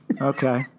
okay